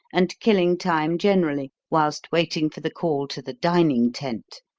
and killing time generally whilst waiting for the call to the dining-tent,